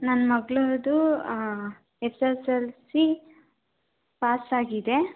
ನನ್ನ ಮಗಳದು S S L C pass ಆಗಿದೆ